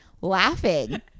laughing